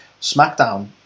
SmackDown